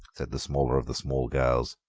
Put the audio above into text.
said the smaller of the small girls,